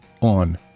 on